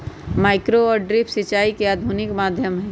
micro और drip सिंचाई के आधुनिक माध्यम हई